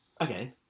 Okay